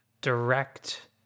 direct